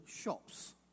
shops